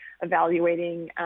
evaluating